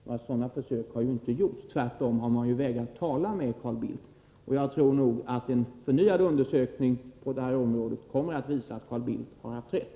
Några sådana försök har inte gjorts — tvärtom har man vägrat att tala med Carl Bildt. Jag tror att en förnyad undersökning på detta område kommer att visa att Carl Bildt har haft rätt.